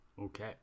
Okay